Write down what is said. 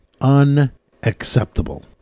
Unacceptable